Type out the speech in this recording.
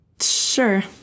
Sure